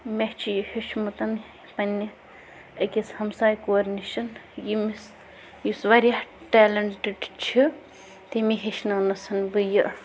مےٚ چھِ یہِ ہیٚچھمُت پنٛنہِ أکِس ہَمساے کورِ نِش ییٚمِس یُس واریاہ ٹیلٮ۪نٛٹٕڈ چھِ تٔمی ہیٚچھنٲونَس بہٕ یہِ